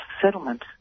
settlement